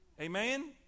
Amen